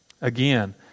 Again